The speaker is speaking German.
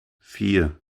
vier